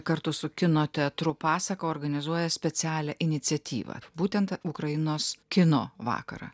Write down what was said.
kartu su kino teatru pasaka organizuoja specialią iniciatyvą būtent ukrainos kino vakarą